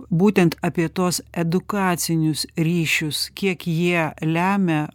būtent apie tuos edukacinius ryšius kiek jie lemia